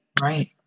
Right